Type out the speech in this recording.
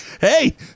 Hey